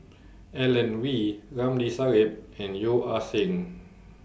Alan Oei Ramli Sarip and Yeo Ah Seng